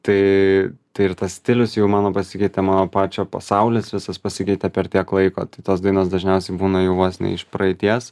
tai tai ir tas stilius jau mano pasikeitė mano pačio pasaulis visas pasikeitė per tiek laiko tos dainos dažniausiai būna jau vos ne iš praeities